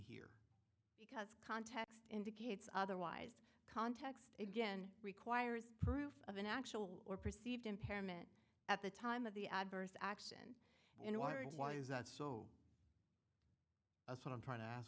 because context indicates otherwise context again requires proof of an actual or perceived impairment at the time of the adverse action in order and why is that so that's what i'm trying to ask